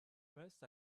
first